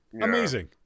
amazing